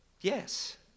Yes